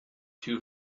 two